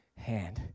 hand